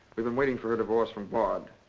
we've been waiting for a divorce from bard.